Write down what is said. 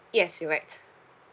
yes you're right